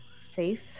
safe